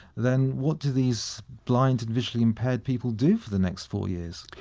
then what do these blind and visually impaired people do for the next four years?